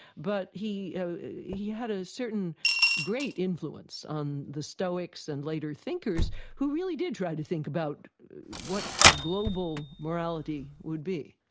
but he he had a certain great influence on the stoics and later thinkers who really did try to think about what global morality would be.